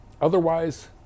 Otherwise